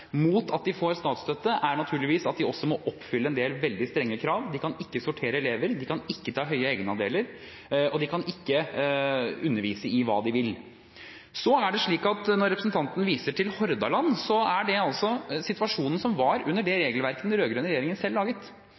de naturligvis også oppfylle en del veldig strenge krav. De kan ikke sortere elever, de kan ikke ta høye egenandeler, og de kan ikke undervise i hva de vil. Når representanten viser til Hordaland, er det situasjonen som var under det regelverket den rød-grønne regjeringen selv laget.